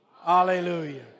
Hallelujah